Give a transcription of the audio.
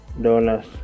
dollars